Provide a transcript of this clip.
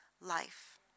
life